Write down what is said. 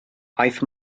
aeth